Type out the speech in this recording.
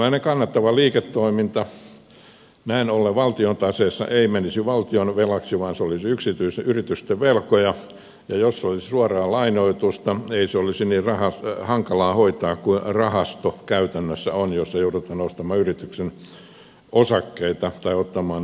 tällainen kannattava liiketoiminta näin ollen valtion taseessa ei menisi valtion velaksi vaan olisi yksityisten yritysten velkoja ja jos olisi suoraa lainoitusta ei se olisi niin hankalaa hoitaa kuin rahasto käytännössä on jossa joudutaan ostamaan yrityksen osakkeita tai ottamaan niitä vakuudeksi